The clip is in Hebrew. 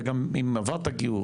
וגם אם עברת גיור,